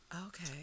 Okay